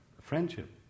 friendship